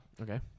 Okay